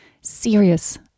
serious